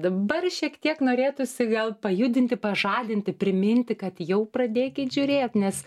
dabar šiek tiek norėtųsi gal pajudinti pažadinti priminti kad jau pradėkit žiūrėt nes